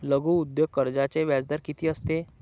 लघु उद्योग कर्जाचे व्याजदर किती असते?